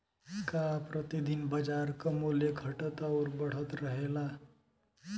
का प्रति दिन बाजार क मूल्य घटत और बढ़त रहेला?